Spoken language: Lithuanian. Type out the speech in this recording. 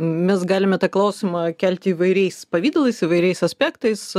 mes galime tą klausimą kelti įvairiais pavidalais įvairiais aspektais